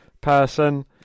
person